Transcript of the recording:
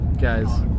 Guys